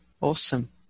Awesome